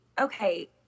okay